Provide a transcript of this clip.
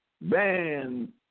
Man